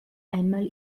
einmal